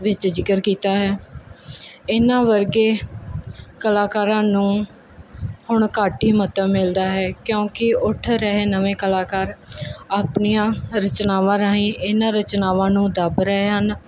ਵਿੱਚ ਜ਼ਿਕਰ ਕੀਤਾ ਹੈ ਇਹਨਾਂ ਵਰਗੇ ਕਲਾਕਾਰਾਂ ਨੂੰ ਹੁਣ ਘੱਟ ਹੀ ਮਹੱਤਵ ਮਿਲਦਾ ਹੈ ਕਿਉਂਕਿ ਉੱਠ ਰਹੇ ਨਵੇਂ ਕਲਾਕਾਰ ਆਪਣੀਆਂ ਰਚਨਾਵਾਂ ਰਾਹੀਂ ਇਹਨਾਂ ਰਚਨਾਵਾਂ ਨੂੰ ਦੱਬ ਰਹੇ ਹਨ